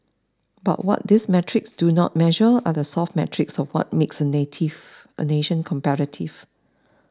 but what these metrics do not measure are the soft metrics of what makes a native a nation competitive